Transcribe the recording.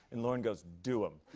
and lorne goes, do um